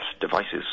devices